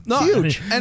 Huge